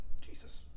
Jesus